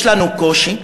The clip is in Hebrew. יש לנו קושי,